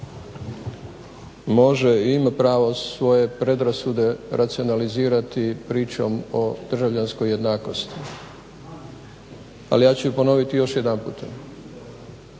može i ima pravo svoje predrasude racionalizirati pričom o državljanskoj jednakosti. Ali ja ću ponoviti i još jedan puta.